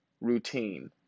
routine